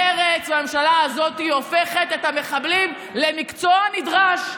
מרצ והממשלה הזאת הופכים את המחבלים למקצוע נדרש,